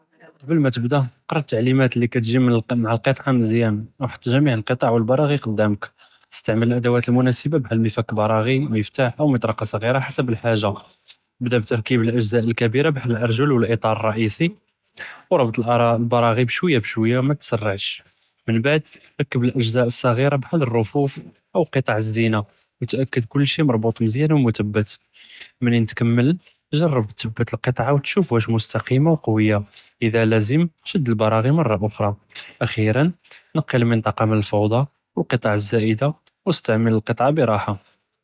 קבל מא תבְּדא קרא א־תעלימאת לי כאתג׳י מע אלקטעה מזיאן ו חט ג׳מיע אלקטע ו אלבראע׳י קדאמכ, אסתעמל אלאדואת אלמנאسبה בהאל מפכּ אלבראע׳י, מפתח, או מטרקה צעירה חסב אלחאג׳ה, אבְּדא ברכּיב אלאגְ׳זאא אלכבירה בהאל אלארג׳ול ו אלאת׳אר ארראיסי ו רבט אלבראע׳י בשויה בשויה מתתסרעש, ו מן בעד רקּב אלאגְ׳זאא אלצעירה בהאל אלרְפוף או קטע א־זינה, ו תאתְכּד כלשי מרבוט מזיאן ו מותבת, מנין תכּמל ג׳רב תתבת אלקטעה ו תשוף ואש מסתקיםה ו קויה, אִלא לזם שד אלבראע׳י מרה אֻכרה, אכאירן נקי אלמנטקה מן אלפוד׳א ו אלקטע א־זאידה ו אסתעמל אלקטעה בראחה.